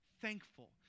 thankful